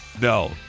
No